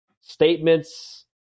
statements